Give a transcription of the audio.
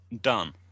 done